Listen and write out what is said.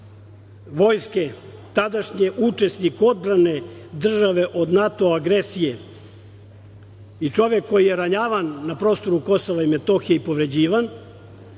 vojske, tadašnji učesnik odbrane države od NATO agresije i čovek koji je ranjavan na prostoru Kosova i Metohije i povređivan,